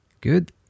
Good